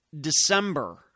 December